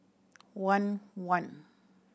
one one